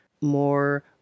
more